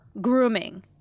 grooming